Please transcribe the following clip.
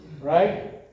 Right